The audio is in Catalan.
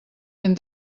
ben